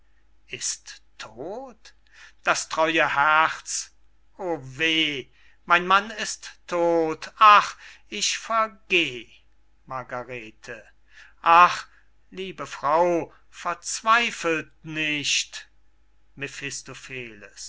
ist todt das treue herz o weh mein mann ist todt ach ich vergeh margarete ach liebe frau verzweifelt nicht